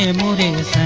and mornings,